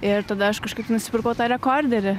ir tada aš kažkaip nusipirkau tą rekorderį